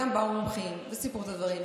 באו גם מומחים וסיפרו את הדברים.